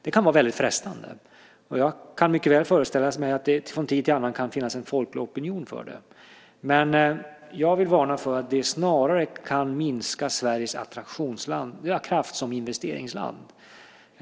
Det kan vara väldigt frestande, och jag kan mycket väl föreställa mig att det från tid till annan kan finnas en folklig opinion för det. Men jag vill varna för att det snarare kan minska Sveriges attraktionskraft som investeringsland.